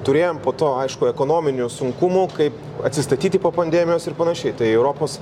turėjom po to aišku ekonominių sunkumų kaip atsistatyti po pandemijos ir panašiai tai europos